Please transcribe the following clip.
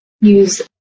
use